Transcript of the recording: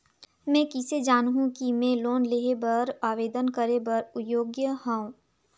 मैं किसे जानहूं कि मैं लोन लेहे बर आवेदन करे बर योग्य हंव?